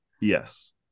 Yes